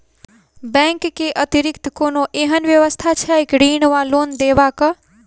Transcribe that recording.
Bank केँ अतिरिक्त कोनो एहन व्यवस्था छैक ऋण वा लोनदेवाक?